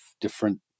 different